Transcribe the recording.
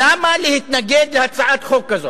למה להתנגד להצעת חוק כזאת?